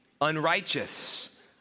unrighteous